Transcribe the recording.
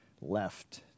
left